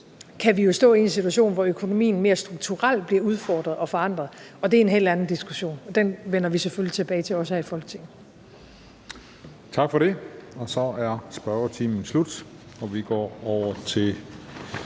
kan vi jo stå i en situation, hvor økonomien mere strukturelt bliver udfordret og forandret, og det er en helt anden diskussion, og den vender vi selvfølgelig også tilbage til her i Folketinget. Kl. 14:24 Den fg. formand (Christian Juhl): Tak for det.